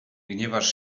gniewasz